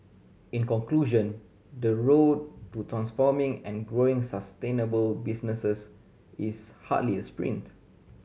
in conclusion the road to transforming and growing sustainable businesses is hardly a sprint